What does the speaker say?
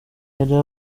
yari